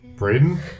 Braden